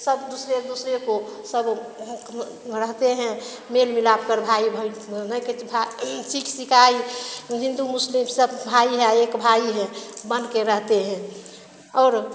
सब दूसरे दूसरे को सब रहते हैं मेल मिलाप कर भाई भाई सिख ईसाई हिन्दू मुस्लिम सब भाई भाई एक भाई है बन के रहते हैं और